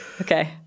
Okay